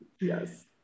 yes